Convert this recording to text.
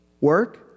Work